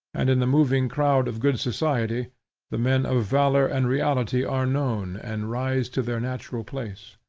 and in the moving crowd of good society the men of valor and reality are known and rise to their natural place.